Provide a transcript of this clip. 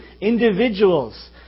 individuals